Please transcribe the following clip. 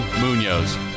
Munoz